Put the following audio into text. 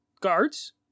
Guards